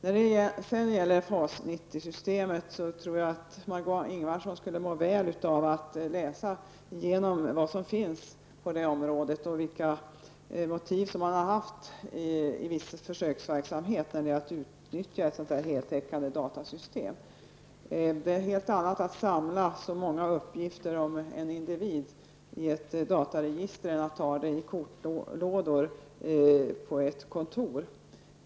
När det gäller FAS 90-systemet tror jag att Margó Ingvardsson skulle må väl av att läsa vad som finns att läsa på det här området, om vilka motiv som har funnits i viss försöksverksamhet när det gäller att utnyttja ett heltäckande datasystem. Det är en sak att samla uppgifter om en individ i ett dataregister och en annan sak att använda sig av kortlådor på ett kontor.